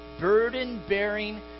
burden-bearing